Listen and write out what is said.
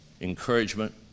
encouragement